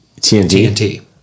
TNT